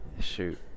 Shoot